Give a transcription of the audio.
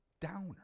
downer